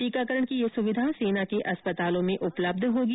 टीकाकरण की यह सुविधा सेना के अस्पतालों में उपलब्य होगी